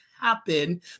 happen